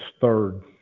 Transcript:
third